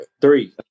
Three